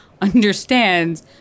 understands